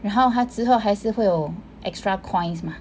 然后他之后还是会有 extra coins mah